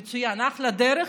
מצוין, אחלה דרך.